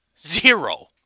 zero